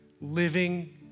living